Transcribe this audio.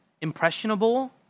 impressionable